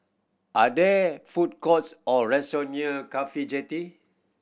are there food courts or restaurant near CAFHI Jetty